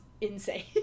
insane